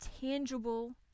tangible